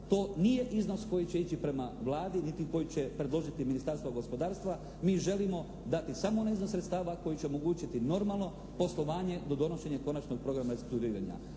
to nije iznos koji će ići prema Vladi, neki koji će predložiti Ministarstvo gospodarstva. Mi želimo dati samo onaj iznos sredstava koji će omogućiti normalno poslovanje do donošenja konačnog programa restrukturiranja.